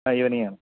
ആ ഈവനിങ്ങാ ആണ്